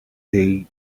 they